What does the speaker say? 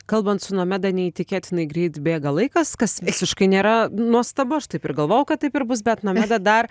kalbant su nomeda neįtikėtinai greit bėga laikas kas visiškai nėra nuostabu aš taip ir galvojau kad taip ir bus bet nomeda dar